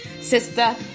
Sister